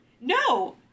no